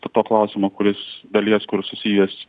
to to klausimo kuris dalies kur susijęs